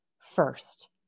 first